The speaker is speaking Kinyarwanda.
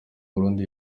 burundi